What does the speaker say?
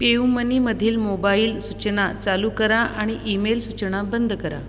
पेयुमनीमधील mobile सूचना चालू करा आणि ईमेल सूचना बंद करा